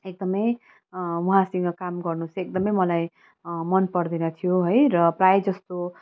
एकदमै उहाँसँग काम गर्न चाहिँ एकदमै मलाई मन पर्दैन थियो है र प्रायः जस्तो